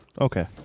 Okay